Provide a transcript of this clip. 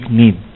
need